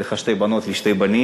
לך יש שתי בנות, לי יש שני בנים.